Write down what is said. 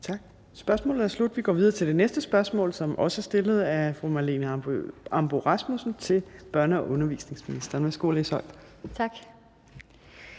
Tak. Spørgsmålet er sluttet. Vi går videre til det næste spørgsmål, som også er stillet af fru Marlene Ambo-Rasmussen til børne- og undervisningsministeren. Kl. 15:09 Spm. nr.